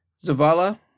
Zavala